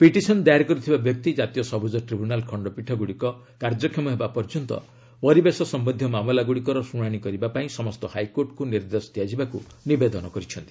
petition ଦାୟର କରିଥିବା ବ୍ୟକ୍ତି ଜାତୀୟ ସବୁଜ ଟ୍ରିବ୍ୟୁନାଲ ଖଣ୍ଡପୀଠଗୁଡ଼ିକ କାର୍ଯ୍ୟକ୍ଷମ ହେବା ପର୍ଯ୍ୟନ୍ତ ପରିବେଶ ସମ୍ପନ୍ଧୀୟ ମାମଲାଗୁଡ଼ିକର ଶୁଣାଶି କରିବା ପାଇଁ ସମସ୍ତ ହାଇକୋର୍ଟକୁ ନିର୍ଦ୍ଦେଶ ଦିଆଯିବାକୁ ନିବେଦନ କରିଛନ୍ତି